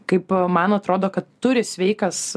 kaip man atrodo kad turi sveikas